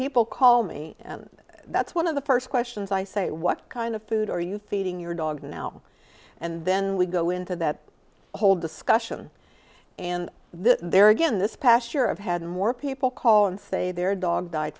people call me that's one of the first questions i say what kind of food are you feeding your dog now and then we go into that whole discussion and there again this past year i've had more people call and say their dog died